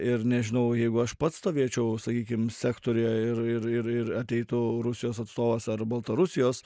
ir nežinau jeigu aš pats stovėčiau sakykim sektoriuje ir ir ir ir ateitų rusijos atstovas ar baltarusijos